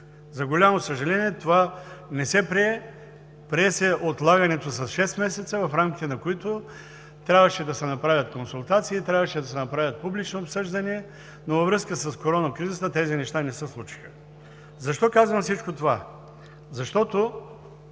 За голямо съжаление, това не се прие. Прие се отлагането с шест месеца, в рамките на които трябваше да се направят консултации, трябваше да се направят публични обсъждания, но във връзка с коронакризата тези неща не се случиха. Защо казвам всичко това? Защото